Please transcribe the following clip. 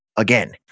Again